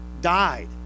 died